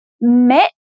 met